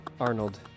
Arnold